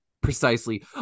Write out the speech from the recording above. Precisely